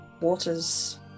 waters